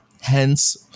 Hence